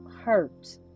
hurt